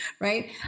right